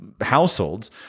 households